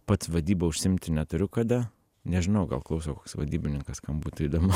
pats vadyba užsiimti neturiu kada nežinau gal klauso koks vadybininkas kam būtų įdomu